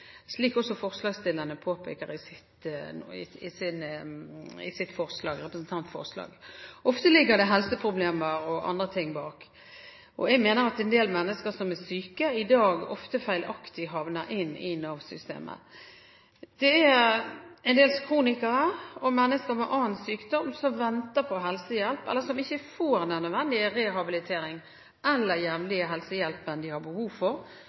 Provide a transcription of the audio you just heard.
slik også forslagsstillerne påpeker i sitt representantforslag. Ofte ligger det helseproblemer og andre ting bak, og jeg mener at en del mennesker som er syke, i dag ofte feilaktig havner i Nav-systemet. Det er en del kronikere, og mennesker med annen sykdom, som venter på helsehjelp, eller som ikke får den nødvendige rehabiliteringen eller jevnlige helsehjelpen de har behov for